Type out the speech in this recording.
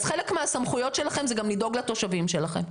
אז חלק מהסמכויות שלכם זה גם לדאוג לתושבים שלכם.